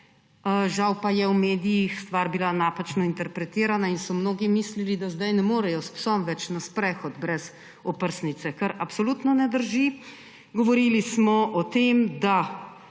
žal pa je bila v medijih stvar napačno interpretirana in so mnogi mislili, da zdaj ne morejo več s psom na sprehod brez oprsnice, kar absolutno ne drži. Govorili smo o psih, ki